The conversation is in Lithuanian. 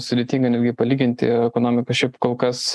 sudėtinga netgi palyginti ekonomiką šiaip kol kas